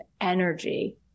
energy